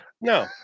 No